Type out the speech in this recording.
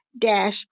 dash